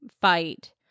fight